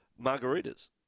margaritas